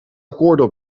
akkoorden